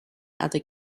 other